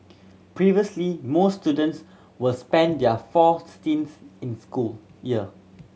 previously most students was spend their four stints in school year